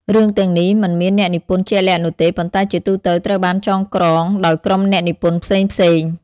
រឿងទាំងនេះមិនមានអ្នកនិពន្ធជាក់លាក់នោះទេ ប៉ុន្តែជាទូទៅត្រូវបានចងក្រងដោយក្រុមអ្នកនិពន្ធផ្សេងៗ។